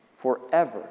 forever